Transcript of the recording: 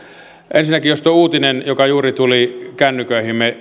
ensinnäkin jos tuo uutinen joka juuri tuli kännyköihimme